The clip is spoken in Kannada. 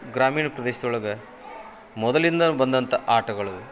ಗ್ರಾಮೀಣ ಪ್ರದೇಶ್ದೊಳಗೆ ಮೊದಲಿಂದಲೂ ಬಂದಂಥ ಆಟಗಳು